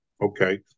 okay